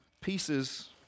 pieces—